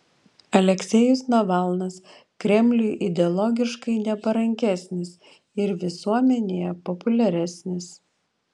aleksejus navalnas kremliui ideologiškai neparankesnis ir visuomenėje populiaresnis